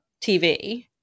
TV